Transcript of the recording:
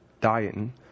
dieting